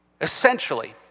Essentially